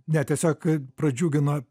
ne tiesiog pradžiugino